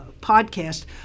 podcast